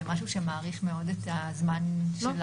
זה משהו שמאריך מאוד את זמן התוצאות?